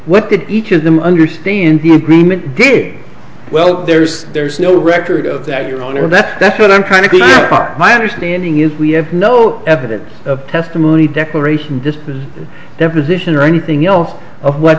did each of them understand the agreement did well there's there's no record of that your honor that that's what i'm trying to get are my understanding is we have no evidence of testimony declaration this deposition or anything else of what